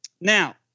Now